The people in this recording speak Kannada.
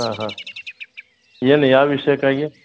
ಹಾಂ ಹಾಂ ಏನು ಯಾವ ವಿಷಯಕ್ಕಾಗಿ